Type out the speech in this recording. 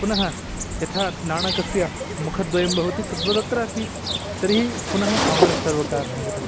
पुनः तथा नाणकस्य मुखद्वयं भवति तद्वदत्रापि तर्हि पुनः काङ्ग्रेस् सर्वकारः आगतः